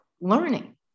learning